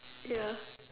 ya